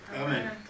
Amen